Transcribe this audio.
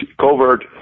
covert